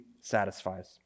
satisfies